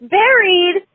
buried